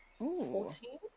Fourteen